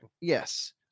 Yes